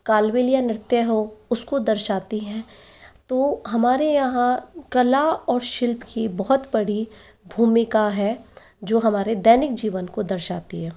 कालबेलिया नृत्य हो उसको दर्शाती है तो हमारे यहाँ कला और शिल्प की बहुत बड़ी भूमिका है जो हमारे दैनिक जीवन को दर्शाती है